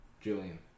Julian